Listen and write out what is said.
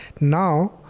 Now